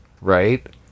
right